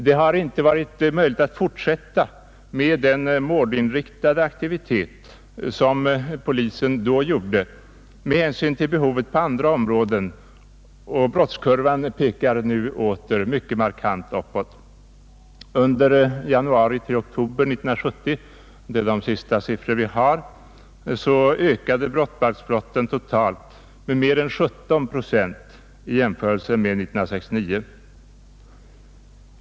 Det har inte varit möjligt att fortsätta med den målinriktade aktivitet som polisen då gjorde med hänsyn till behovet på andra områden, och brottskurvan pekar nu åter mycket markant uppåt. Under januari— oktober 1970 — det är de senaste siffror vi har — ökade brottsbalksbrotten totalt med mer än 17 procent i jämförelse med 1969.